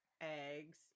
eggs